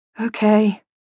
Okay